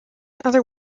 other